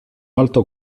alto